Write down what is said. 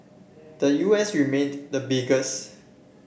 the U S remained the biggest